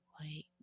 wait